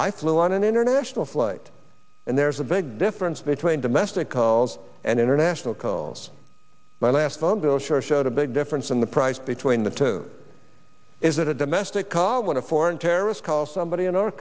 i flew on an international flight and there's a big difference between domestic calls and international calls my last phone bill sure showed a big difference in the price between the two is that a domestic call when a foreign terrorist call somebody